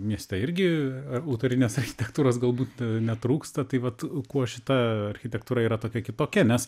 mieste irgi ar autorinės architektūros galbūt netrūksta tai vat kuo šita architektūra yra tokia kitokia nes